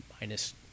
Minus